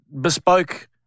bespoke